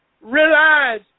realize